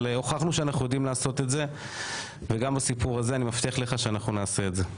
הוכחנו שאנחנו יודעים לעשות את זה ומבטיח לך שנעשה את זה.